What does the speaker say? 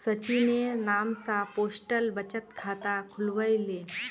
सचिनेर नाम स पोस्टल बचत खाता खुलवइ ले